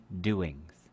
doings